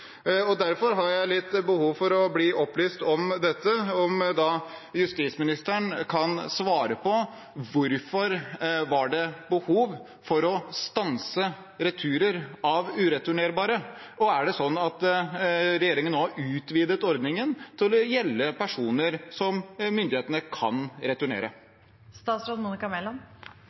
Derfor har jeg litt behov for å bli opplyst om dette. Kan justisministeren svare på: Hvorfor var det behov for å stanse returer av ureturnerbare? Og er det slik at regjeringen nå har utvidet ordningen til å gjelde personer som myndighetene kan